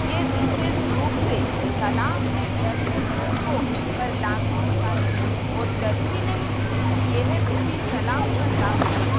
यह विशेष रूप से तलाम के लघु घटकों पर लागू होता है और जरूरी नहीं कि यह पूरी तलाम पर लागू हो